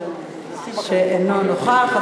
אינו נוכח.